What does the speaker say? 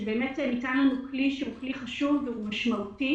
שניתן לנו כלי חשוב ומשמעותי.